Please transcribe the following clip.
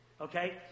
Okay